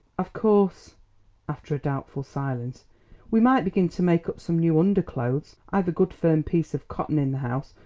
of course after a doubtful silence we might begin to make up some new underclothes. i've a good firm piece of cotton in the house,